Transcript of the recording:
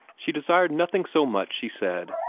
she desired nothing so much, she said,